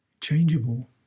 changeable